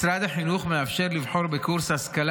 משרד החינוך מאפשר לבחור בקורס השכלה